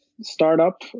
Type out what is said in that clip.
startup